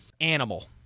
animal